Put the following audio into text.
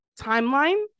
timeline